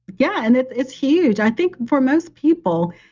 yeah, and it is huge. i think for most people,